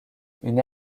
une